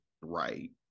Right